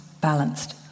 balanced